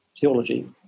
theology